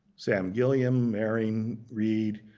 sam gilliam, mehring, reed,